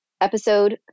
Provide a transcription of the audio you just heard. episode